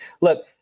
Look